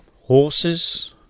horses